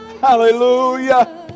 hallelujah